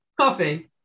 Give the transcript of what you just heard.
coffee